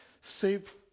save